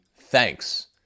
thanks